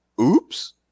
oops